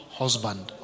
husband